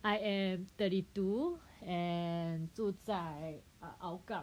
I am thirty two and 住在 Hougang